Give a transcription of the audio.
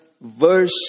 verse